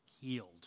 healed